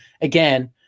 again